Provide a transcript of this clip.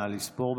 נא לספור,